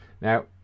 now